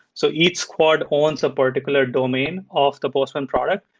so each squad owns a particular domain of the postman product,